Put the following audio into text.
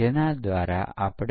તેવું કેમ છે